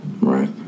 Right